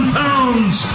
pounds